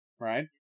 right